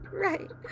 Right